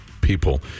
people